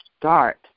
Start